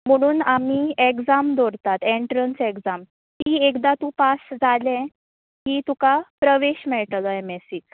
म्हणून आमी एग्जाम दवरतात एट्रंस एग्जाम ती एकदां तूं पास जालें की तुका प्रवेश मेळटलो एम एसीक